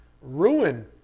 Ruin